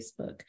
Facebook